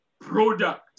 product